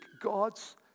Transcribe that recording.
God's